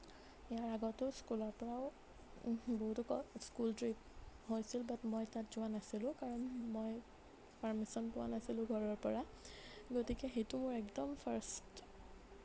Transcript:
ইয়াৰ আগতেও স্কুলৰ পৰাও বহুতো স্কুল ট্ৰিপ হৈছিল বাত্ মই তাত যোৱা নাছিলোঁ কাৰণ মই পাৰ্মিশ্যন পোৱা নাছিলোঁ ঘৰৰ পৰা গতিকে সেইটো মোৰ একদম ফাৰ্ষ্ট